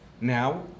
now